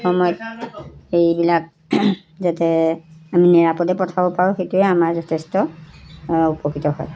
সময়ত সেইবিলাক যাতে আমি নিৰাপদে পঠাব পাৰোঁ সেইটোৱে আমাৰ যথেষ্ট উপকৃত হয়